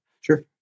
Sure